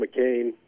McCain